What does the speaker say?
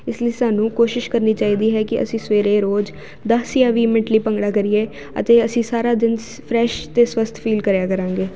ਇਸ ਲਈ ਸਾਨੂੰ ਕੋਸ਼ਿਸ਼ ਕਰਨੀ ਚਾਹੀਦੀ ਹੈ ਕਿ ਅਸੀਂ ਸਵੇਰੇ ਰੋਜ਼ ਦਸ ਜਾਂ ਵੀਹ ਮਿੰਟ ਲਈ ਭੰਗੜਾ ਕਰੀਏ ਅਤੇ ਅਸੀਂ ਸਾਰਾ ਦਿਨ ਫਰੈਸ਼ ਅਤੇ ਸਵੱਸਥ ਫੀਲ ਕਰਿਆ ਕਰਾਂਗੇ